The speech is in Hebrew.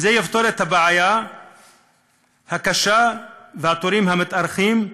וזה יפתור את הבעיה הקשה ואת התורים המתארכים.